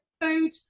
food